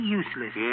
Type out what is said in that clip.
useless